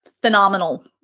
phenomenal